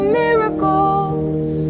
miracles